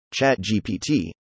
ChatGPT